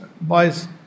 boys